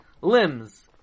limbs